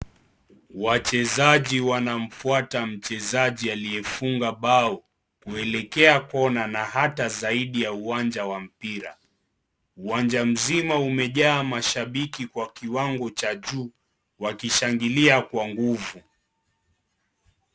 Wachezaji wanamfuata mchezaji aliyefunga bao kuelekea kona na hata zaidi ya uwanja wa mpira. Uwanja mzima umejaa mashabiki kwa kiwango cha juu wakishangilia kwa nguvu.